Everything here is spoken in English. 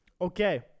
Okay